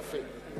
יפה.